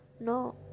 No